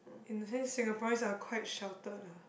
and they say Singaporeans are quite sheltered ah